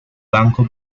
banco